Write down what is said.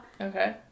Okay